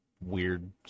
weird